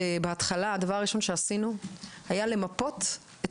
בהתחלה הדבר הראשון שעשינו היה למפות את